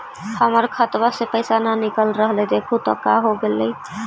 हमर खतवा से पैसा न निकल रहले हे देखु तो का होगेले?